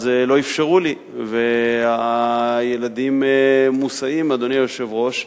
אז לא אפשרו לי, והילדים מוסעים, אדוני היושב-ראש.